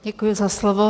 Děkuji za slovo.